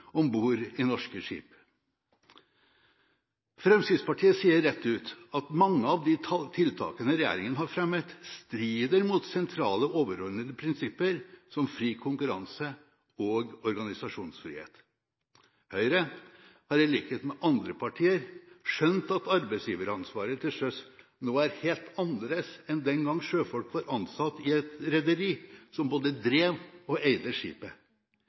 i norske skip. Fremskrittspartiet sier rett ut at mange av de tiltakene regjeringen har fremmet, strider mot sentrale overordnede prinsipper som fri konkurranse og organisasjonsfrihet. Høyre har i likhet med andre partier skjønt at arbeidsgiveransvaret til sjøs nå er helt annerledes enn den gang sjøfolk var ansatt i et rederi som både drev og eide skipet.